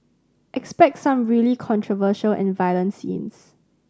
expect some really controversial and violent scenes